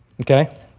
Okay